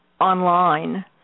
online